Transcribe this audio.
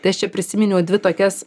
tai aš čia prisiminiau dvi tokias